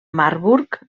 marburg